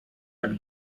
tak